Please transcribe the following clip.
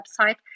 website